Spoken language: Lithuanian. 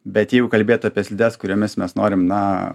bet jeigu kalbėt apie slides kuriomis mes norim na